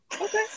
Okay